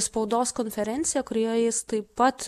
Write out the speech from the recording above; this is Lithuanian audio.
spaudos konferenciją kurioje jis taip pat